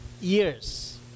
years